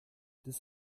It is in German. des